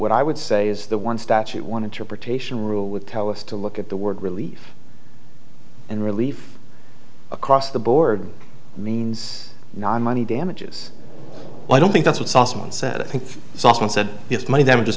what i would say is the one statute one interpretation rule would tell us to look at the word relief and relief across the board means non money damages i don't think that's what's awesome and said i think it's often said if money damages